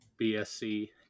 BSC